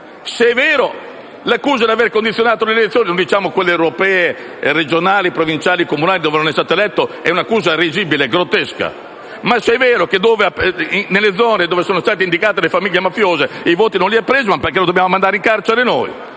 Se è vero, l'accusa di aver condizionato le elezioni (non diciamo quelle europee, regionali, provinciali e comunali dove non è stato eletto) è risibile e grottesca e, se è vero che nelle zone dove sono state indicate le famiglie mafiose i voti non li ha presi, perché lo dobbiamo mandare in carcere noi?